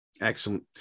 Excellent